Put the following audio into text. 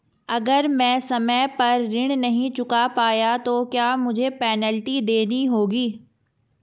अगर मैं समय पर ऋण नहीं चुका पाया तो क्या मुझे पेनल्टी देनी होगी?